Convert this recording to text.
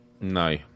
No